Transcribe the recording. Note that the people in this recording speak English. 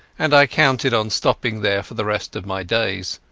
and i counted on stopping there for the rest of my days.